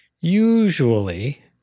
usually